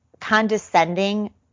condescending